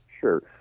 sure